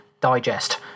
Digest